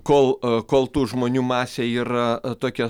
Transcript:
kol kol tų žmonių masė yra tokia